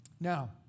Now